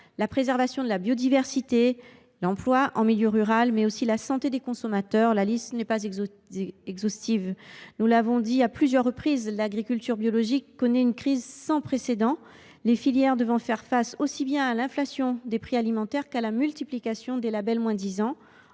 la préservation de la biodiversité, l’emploi en milieu rural ou encore la santé des consommateurs. La liste n’est pas exhaustive. Nous l’avons dit à plusieurs reprises, l’agriculture biologique connaît une crise sans précédent, les filières devant faire face aussi bien à l’inflation des prix alimentaires qu’à la multiplication des labels moins disants